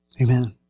Amen